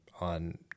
on